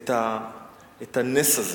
את הנס הזה,